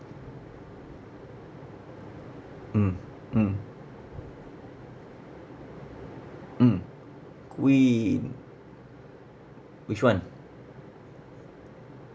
mm mm mm queen which [one]